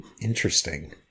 interesting